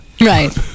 Right